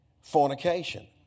fornication